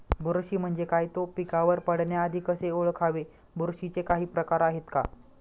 बुरशी म्हणजे काय? तो पिकावर पडण्याआधी कसे ओळखावे? बुरशीचे काही प्रकार आहेत का?